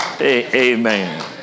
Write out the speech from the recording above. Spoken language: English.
Amen